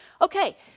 Okay